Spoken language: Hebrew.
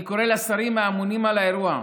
אני קורא לשרים האמונים על האירוע: